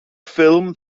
ffilm